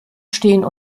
stehen